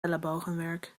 ellebogenwerk